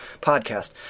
podcast